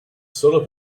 solo